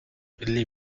les